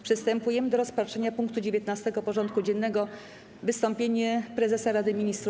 Przystępujemy do rozpatrzenia punktu 19. porządku dziennego: Wystąpienie Prezesa Rady Ministrów.